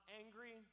angry